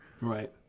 right